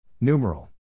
Numeral